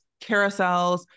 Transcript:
carousels